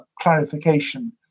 clarification